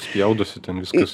spjaudosi ten viskas